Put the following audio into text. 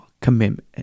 commitment